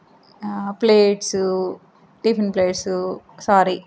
plates tiffin plates sorry